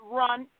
run